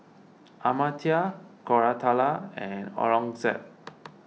Amartya Koratala and Aurangzeb